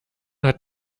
hat